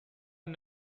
and